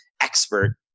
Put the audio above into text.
expert